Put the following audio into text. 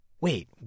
wait